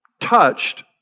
touched